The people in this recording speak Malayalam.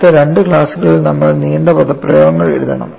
അടുത്ത രണ്ട് ക്ലാസുകളിൽ നമ്മൾ നീണ്ട പദപ്രയോഗങ്ങൾ എഴുതണം